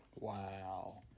wow